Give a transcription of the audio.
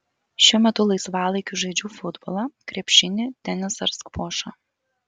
šiuo metu laisvalaikiu žaidžiu futbolą krepšinį tenisą ir skvošą